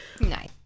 nice